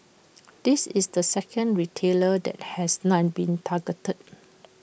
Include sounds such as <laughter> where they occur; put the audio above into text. <noise> this is the second retailer that has non been targeted